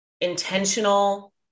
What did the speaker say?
intentional